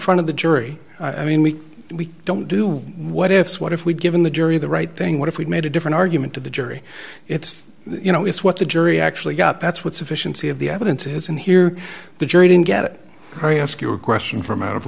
front of the jury i mean we we don't do what ifs what if we'd given the jury the right thing what if we made a different argument to the jury it's you know it's what the jury actually got that's what sufficiency of the evidence is in here the jury didn't get it i ask you a question from out of